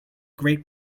great